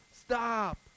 stop